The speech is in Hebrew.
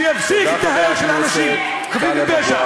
שיפסיק את ההרג של האנשים החפים מפשע.